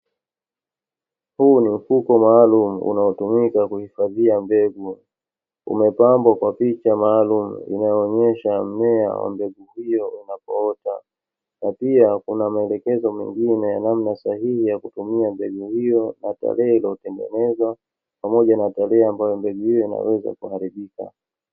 Huu ni mfuko maalumu unaotumika kuhifadhia mbegu, umepambwa kwa picha maalumu inayoonesha mmea wa mbegu hiyo inavyoota. Na pia kuna maelekezo mengine ya namna sahihi ya kutumia mbegu hiyo, na tarehe iliyotengenezwa pamoja na tarehe ambayo mbegu hiyo inaweza kuharibika.